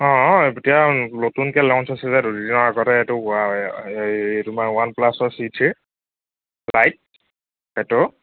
অ' এতিয়া নতুনকৈ ল'ঞ্চ হৈছিলে দুদিনৰ আগতে এইটো এই তোমাৰ ৱান প্লাছৰ চি থ্ৰী লাইট সেইটো